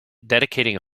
dedicating